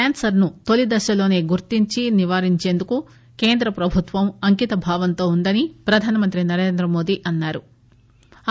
క్యాన్సర్ను తొలిదశలోసే గుర్తించి నివారించేందుకు కేంద్ర ప్రభుత్వం అంకితభావంతో వుందని ప్రధానమంత్రి నరేంద్రమోదీ అన్నా రు